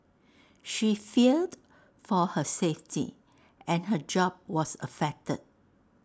she feared for her safety and her job was affected